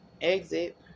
exit